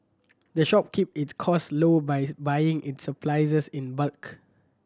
the shop keep its costs low by buying its supplies in bulk